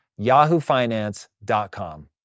yahoofinance.com